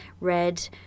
red